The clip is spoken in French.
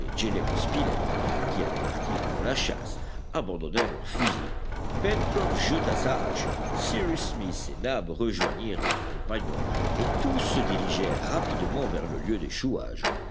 qui allaient partir pour la chasse abandonnèrent leur fusil pencroff jeta sa hache cyrus smith et nab rejoignirent leurs compagnons et tous se dirigèrent rapidement vers le lieu d'échouage